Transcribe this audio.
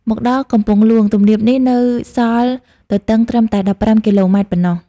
មកដល់កំពង់ហ្លួង ទំនាបនេះនៅសល់ទទឹងត្រឹមតែ ១៥ គីឡូម៉ែត្រប៉ុណ្ណោះ។